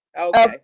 Okay